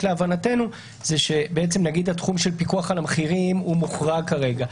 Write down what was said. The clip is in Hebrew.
להבנתנו שנגיד התחום של הפיקוח על המחירים הוא מוחרג כרגע,